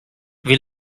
wie